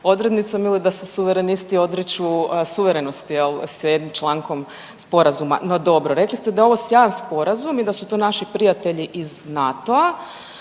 odrednicom ili da se suverenisti odriču suverenosti jel s jednim člankom sporazuma. No, dobro. Rekli ste da je ovo sjajan sporazum i da su to naši prijatelji iz NATO-a,